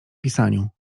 pisaniu